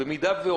במידה